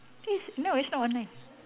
it's no it's not online